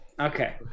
okay